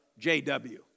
JW